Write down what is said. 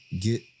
get